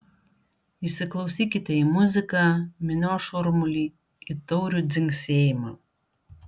įsiklausykite į muziką minios šurmulį į taurių dzingsėjimą